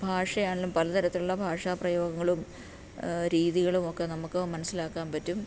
ഭാഷയാണേലും പലതരത്തിലുള്ള ഭാഷാ പ്രയോഗങ്ങളും രീതികളുവൊക്കെ നമുക്ക് മനസ്സിലാക്കാൻ പറ്റും